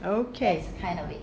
okay okay